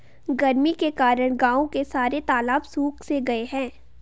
गर्मी के कारण गांव के सारे तालाब सुख से गए हैं